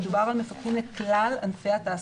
מדובר במפקחים לכלל ענפי התעסוקה,